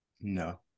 No